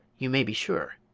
you may be sure!